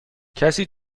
کسی